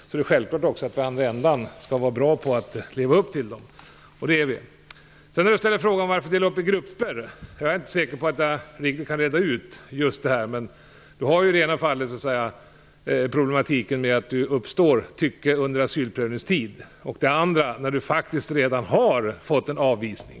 Det är självklart att vi också i andra änden skall vara bra på att leva upp till våra åtaganden. Det ställdes en fråga varför det görs en uppdelning i grupper. Jag är inte säker på att jag kan reda ut just det. I det ena fallet gäller det problematiken när det uppstår tycke under asylprövningstiden och i det andra fallet när någon redan har fått besked om avvisning.